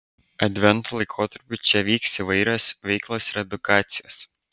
advento laikotarpiu čia vyks įvairios veiklos ir edukacijos